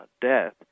death